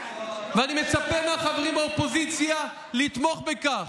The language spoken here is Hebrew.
ואני מצפה מהחברים באופוזיציה לתמוך בכך.